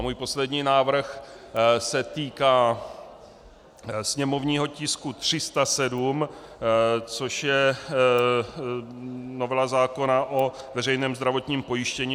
Můj poslední návrh se týká sněmovního tisku 307, což je novela zákona o veřejném zdravotním pojištění.